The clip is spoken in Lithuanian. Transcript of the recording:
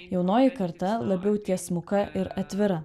jaunoji karta labiau tiesmuka ir atvira